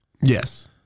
yes